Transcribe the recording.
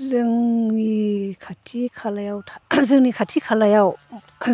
जोंनि खाथि खालायाव जोंनि खाथि खालायाव